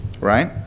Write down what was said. Right